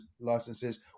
licenses